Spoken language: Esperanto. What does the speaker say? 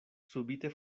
subite